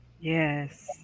Yes